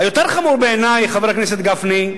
יותר חמור בעיני, חבר הכנסת גפני,